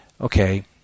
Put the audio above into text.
Okay